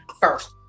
first